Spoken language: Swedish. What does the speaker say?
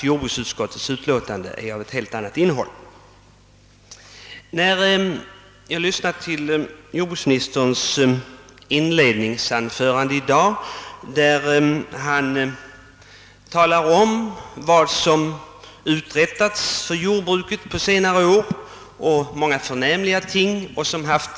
Jordbruksutskottets utlåtande har ett helt annat innehåll än tidigare utspel från regeringen. Jordbruksministern talade i sitt inledningsanförande i dag om vilken förnämlig utveckling jordbruket har haft på senare år tack vare regeringens insatser.